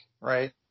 right